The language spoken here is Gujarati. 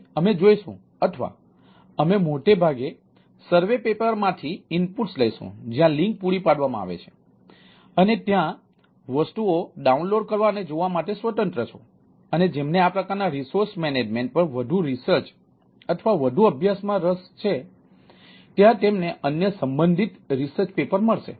તેથી અમે જોઈશું અથવા અમે મોટે ભાગે સર્વે પેપર મળશે